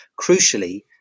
crucially